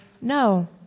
no